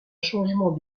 changement